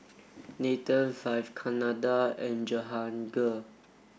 Nathan Vivekananda and Jehangirr